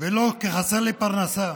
ולא כי חסרה לי פרנסה.